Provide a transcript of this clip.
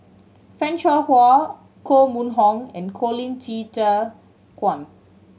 Fan Shao Hua Koh Mun Hong and Colin Qi Zhe Quan